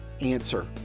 answer